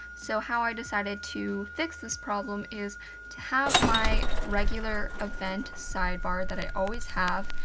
so how i decided to fix this problem is to have my regular event sidebar that i always have,